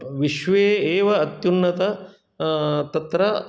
विश्वे एव अत्युन्नत तत्र